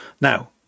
Now